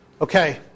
Okay